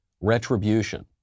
Retribution